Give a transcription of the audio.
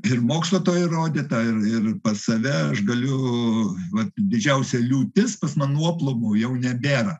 ir mokslo to įrodyta ir ir pas save aš galiu vat didžiausia liūtis pas man nuoplovų jau nebėra